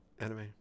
Enemy